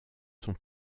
sont